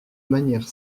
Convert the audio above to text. manière